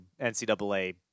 NCAA